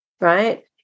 right